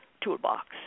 toolbox